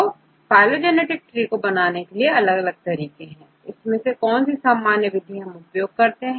तो phylogenetics tree को बनाने के अलग अलग तरीके हैं कौन सी सामान्य विधि अधिकतर उपयोग होती है